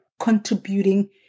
contributing